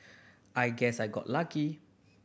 I guess I got lucky